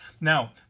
Now